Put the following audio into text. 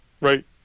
Right